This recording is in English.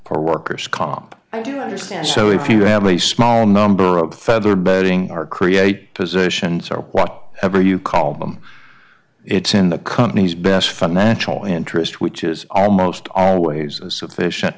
for worker's comp so if you have a small number of featherbedding or create positions or what ever you call them it's in the company's best financial interest which is almost always a sufficient